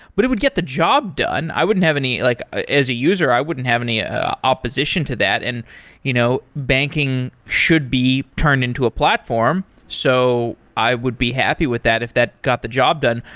but it would get the job done. i wouldn't have any like ah as a user, i wouldn't have any ah opposition to that. and you know banking should be turned into a platform. so i would be happy with that if that got the job done.